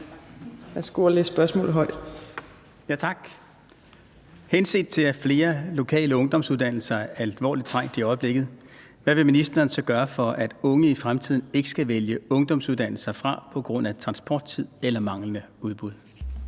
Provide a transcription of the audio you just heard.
Henset til at flere lokale ungdomsuddannelser er alvorligt trængt i øjeblikket, hvad vil ministeren så gøre, for at unge i fremtiden ikke skal vælge ungdomsuddannelser fra på grund af transporttid eller manglende udbud?